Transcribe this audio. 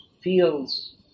feels